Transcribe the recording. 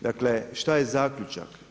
Dakle, što je zaključak?